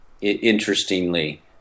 interestingly